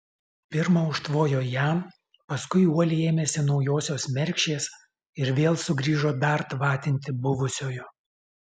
pirma užtvojo jam paskui uoliai ėmėsi naujosios mergšės ir vėl sugrįžo dar tvatinti buvusiojo